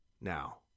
Now